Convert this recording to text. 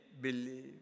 believe